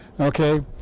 okay